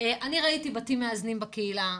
אני ראיתי בתים מאזנים בקהילה,